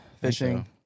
fishing